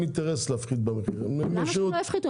אינטרס להפחית מחיר --- למה שלא יפחיתו?